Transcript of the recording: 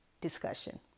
discussion